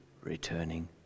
returning